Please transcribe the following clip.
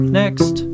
next